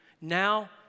Now